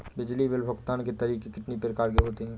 बिजली बिल भुगतान के तरीके कितनी प्रकार के होते हैं?